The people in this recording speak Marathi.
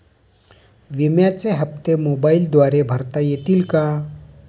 विम्याचे हप्ते मोबाइलद्वारे भरता येतील का?